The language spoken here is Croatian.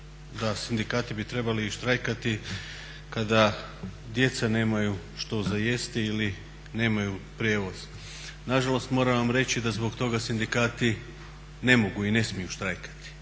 da sindikati bi trebali štrajkati kada djeca nemaju što za jesti ili nemaju prijevoz. Na žalost moram vam reći da zbog toga sindikati ne mogu i ne smiju štrajkati,